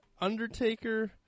Undertaker